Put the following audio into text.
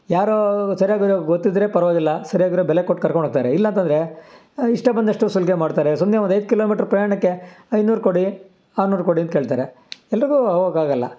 ಯಾರೋ ಸರ್ಯಾಗಿರೋರು ಗೊತ್ತಿದ್ದರೆ ಪರವಾಗಿಲ್ಲ ಸರಿಯಾಗಿರೋ ಬೆಲೆ ಕೊಟ್ಟು ಕರ್ಕೊಂಡೋಗ್ತಾರೆ ಇಲ್ಲಾಂತಂದರೆ ಇಷ್ಟ ಬಂದಷ್ಟು ಸುಲಿಗೆ ಮಾಡ್ತಾರೆ ಸುಮ್ಮನೆ ಒಂದೈದು ಕಿಲೋಮೀಟ್ರ್ ಪ್ರಯಾಣಕ್ಕೆ ಐನೂರು ಕೊಡಿ ಆರ್ನೂರು ಕೊಡಿ ಅಂತ ಕೇಳ್ತಾರೆ ಎಲ್ಲರಿಗೂ ಹೋಗಕಾಗಲ್ಲ